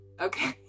okay